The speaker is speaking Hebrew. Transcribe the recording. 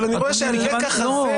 אבל אני רואה שהלקח הזה,